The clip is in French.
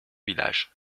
village